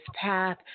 path